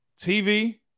TV